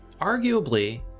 arguably